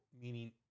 meaning